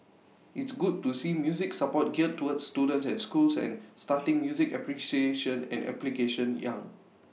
it's good to see music support geared towards students and schools and starting music appreciation and application young